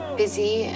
busy